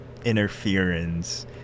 Interference